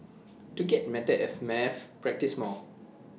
to get better at maths practise more